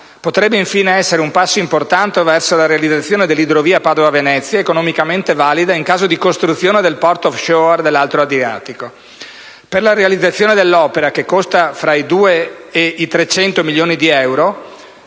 potrebbe infine essere un passo importante verso la realizzazione dell'idrovia Padova-Venezia, economicamente valida in caso di costruzione del porto *offshore* dell'Alto Adriatico. Per la realizzazione dell'opera, che costa fra i 200 e i 300 milioni di euro